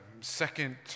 second